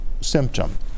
symptom